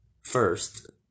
First